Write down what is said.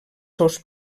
seus